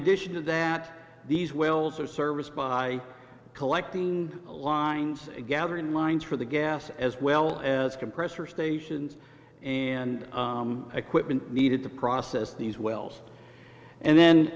addition to that these wells are serviced by collecting a lines gathering lines for the gas as well as compressor stations and equipment needed to process these wells and then